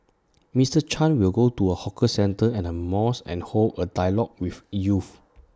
Mister chan will go to A hawker centre and A mosque and hold A dialogue with youth